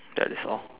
that is all